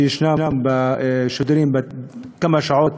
שיש שידורים של כמה שעות